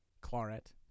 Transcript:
Claret